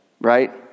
right